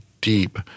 deep